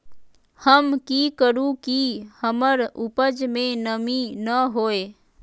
हम की करू की हमर उपज में नमी न होए?